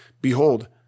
Behold